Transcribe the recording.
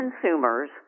consumers